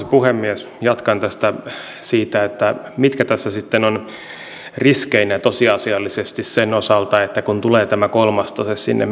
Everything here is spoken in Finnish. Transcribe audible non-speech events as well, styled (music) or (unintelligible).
(unintelligible) puhemies jatkan siitä mitkä tässä sitten ovat riskeinä tosiasiallisesti sen osalta kun tulee tämä kolmas tase sinne (unintelligible)